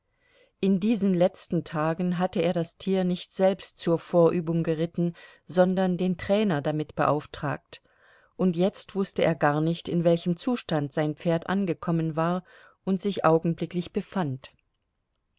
in diesen letzten tagen hatte er das tier nicht selbst zur vorübung geritten sondern den trainer damit beauftragt und jetzt wußte er gar nicht in welchem zustand sein pferd angekommen war und sich augenblicklich befand